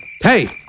Hey